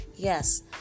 yes